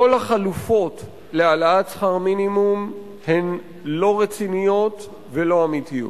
כל החלופות להעלאת שכר המינימום הן לא רציניות ולא אמיתיות.